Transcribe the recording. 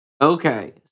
Okay